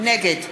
נגד